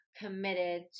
committed